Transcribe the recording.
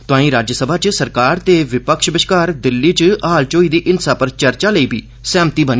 तोआईं राज्यसभा च सरकार ते विपक्ष बश्कार दिल्ली च हाल च होई दी हिंसा पर चर्चा लेई सैहमति बनी